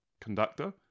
conductor